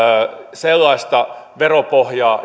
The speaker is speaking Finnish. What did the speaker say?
sellaista veropohjaa